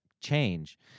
change